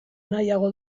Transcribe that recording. nahiago